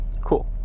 Cool